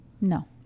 No